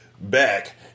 back